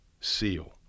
seal